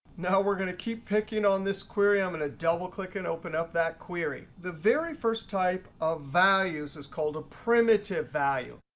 now we're going to keep picking on this query. i'm going to double click and open up that query. the very first type of values is called a primitive value.